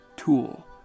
tool